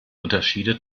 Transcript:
unterschiede